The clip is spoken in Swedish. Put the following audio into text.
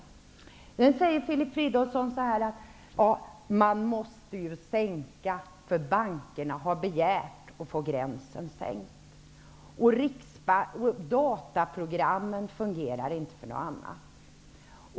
Vidare säger Filip Fridolfsson att man måste sänka gränsen. Bankerna har begärt att få gränsen sänkt därför att dataprogrammen inte fungerar annars.